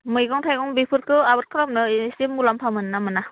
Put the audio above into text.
मैगं थाइगं बेफोरखौ आबाद खालामनायाव एसे मुलाम्फा मोनो ना मोना